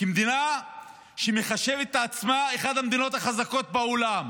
כמדינה שמחשיבה את עצמה כאחת המדינות החזקות בעולם?